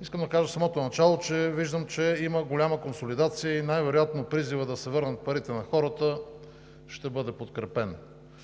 Искам да кажа в самото начало, че виждам, че има голяма консолидация, и най-вероятно призивът да се върнат парите на хората ще бъде подкрепен.